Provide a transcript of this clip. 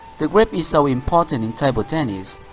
the grip is so important in table tennis.